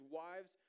wives